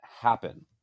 happen